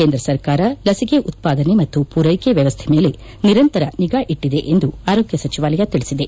ಕೇಂದ್ರ ಸರ್ಕಾರ ಲಸಿಕೆ ಉತ್ಪಾದನೆ ಮತ್ತು ಪೂರೈಕೆ ವ್ಯವಸ್ಥೆ ಮೇಲೆ ನಿರಂತರ ನಿಗಾ ಇಟ್ಟಿದೆ ಎಂದು ಆರೋಗ್ಯ ಸಚಿವಾಲಯ ತಿಳಿಸಿದೆ